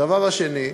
הדבר השני,